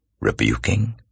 rebuking